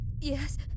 Yes